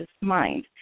mind